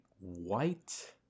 White